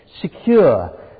secure